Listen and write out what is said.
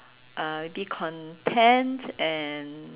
uh be content and